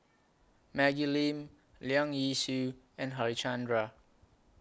Maggie Lim Leong Yee Soo and Harichandra